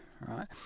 right